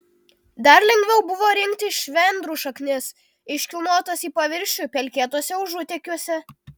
dar lengviau buvo rinkti švendrų šaknis iškilnotas į paviršių pelkėtuose užutekiuose